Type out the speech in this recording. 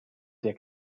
der